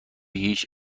هیچ